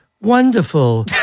wonderful